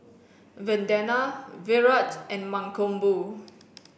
Vandana Virat and Mankombu